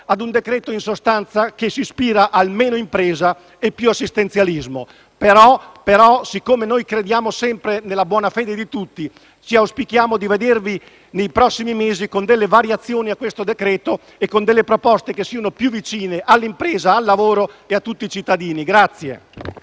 ad un decreto-legge che in sostanza si ispira al motto: meno impresa e più assistenzialismo. Tuttavia, poiché noi crediamo sempre nella buona fede di tutti, auspichiamo di vedervi nei prossimi mesi con delle variazioni al testo in discussione e con delle proposte che siano più vicine all'impresa, al lavoro e a tutti i cittadini.